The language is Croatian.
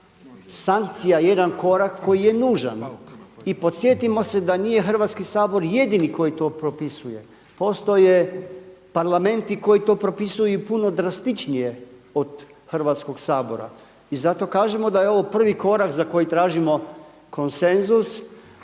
sankcija jedan korak koji je nužan. I podsjetimo se da nije Hrvatski sabor jedini koji to propisuje. Postoje parlamenti koji to propisuju i puno drastičnije od Hrvatskog sabora i zato kažemo da je ovo prvi korak za koji tražimo konsenzus,